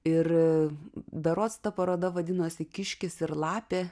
ir berods ta paroda vadinosi kiškis ir lapė